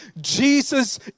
Jesus